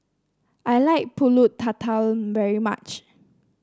I like pulut tatal very much